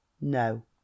No